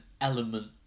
element